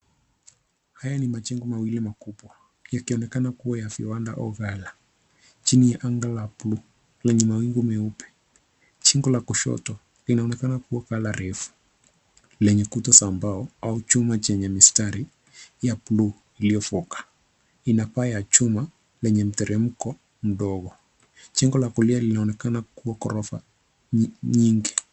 Haya ni majengo mawili makubwa yakionekana kuwa ya viwanda au ghala chini ya anga la buluulenye mawingu meupe. Jengo la kushoto linaonekana kuwa katika refu lenye kuta za mbao au chuma chenye mistari ya buluu iliyofunguka. Ina paa ya chuma yenye mteremko mdogo. Jengo la kulia linaonekana kuwa ghorofa nyingi.